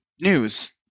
news